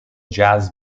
jazz